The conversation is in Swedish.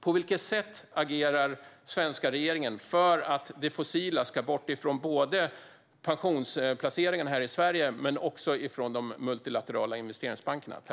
På vilket sätt agerar den svenska regeringen för att det fossila ska bort från både pensionsplaceringarna här i Sverige och de multilaterala investeringsbankerna?